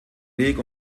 weg